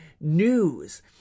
news